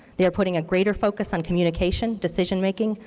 they are putting a greater focus on communication, decision-making,